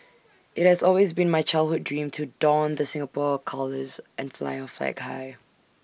IT has always been my childhood dream to don the Singapore colours and fly our flag high